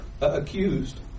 accused